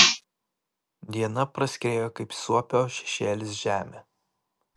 diena praskriejo kaip suopio šešėlis žeme